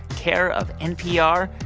care of npr,